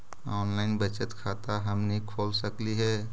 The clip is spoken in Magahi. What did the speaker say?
ऑनलाइन बचत खाता हमनी खोल सकली हे?